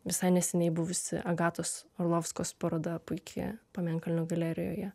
visai neseniai buvusi agatos orlovskos paroda puiki pamėnkalnio galerijoje